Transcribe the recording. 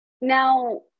now